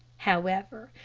however,